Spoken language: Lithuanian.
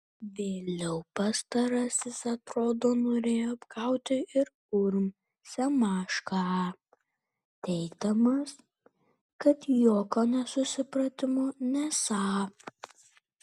vėliau pastarasis atrodo norėjo apgauti ir urm semašką teigdamas kad jokio nesusipratimo nesą